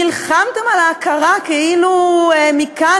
נלחמתם על ההכרה כאילו מכאן,